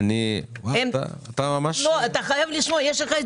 חייב לשמוע,